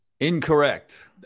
Incorrect